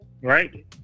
Right